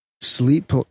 Sleep